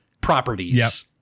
properties